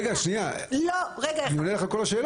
רגע שנייה, אני עונה על כל השאלות.